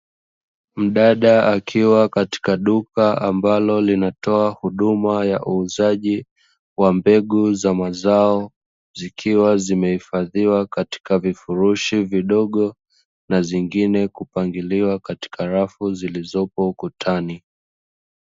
Mdada akiwa katika duka ambalo linatoa huduma ya uuzaji wa mbegu ya mazao, zikiwa zimehifadhiwa katika vifurushi vidogo, na zingine kupangiliwa katika rafu zilizopo ukutani.